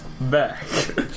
back